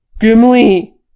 Gimli